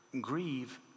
grieve